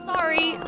Sorry